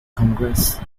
congress